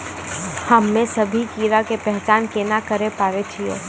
हम्मे सभ्भे कीड़ा के पहचान केना करे पाड़ै छियै?